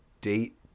date